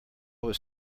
was